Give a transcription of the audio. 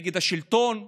נגד השלטון.